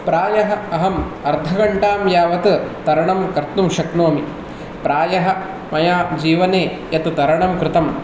प्रायः अहम् अर्धघण्टां यावत् तरणं कर्तुं शक्नोमि प्रायः मया जीवने यत् तरणं कृतं